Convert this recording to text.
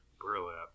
Burlap